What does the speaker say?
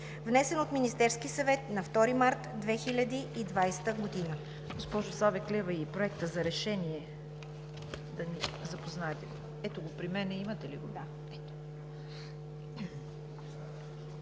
внесен от Министерския съвет на 2 март 2020 г.“